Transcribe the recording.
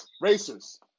Racers